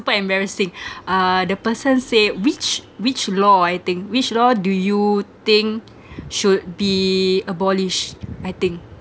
quite embarrassing uh the person say which which law I think which law do you think should be abolished I think